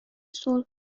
صلح